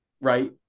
right